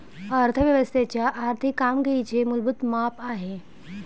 अर्थ व्यवस्थेच्या आर्थिक कामगिरीचे मूलभूत माप आहे